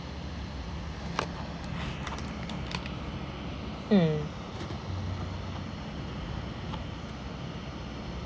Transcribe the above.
mm